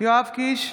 יואב קיש,